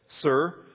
Sir